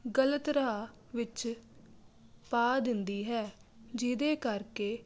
ਗਲਤ ਰਾਹ ਵਿੱਚ ਪਾ ਦਿੰਦੀ ਹੈ ਜਿਹਦੇ ਕਰਕੇ